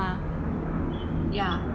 hmm yeah